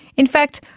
in fact,